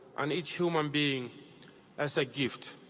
and each human being as a gift.